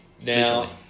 Now